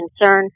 concern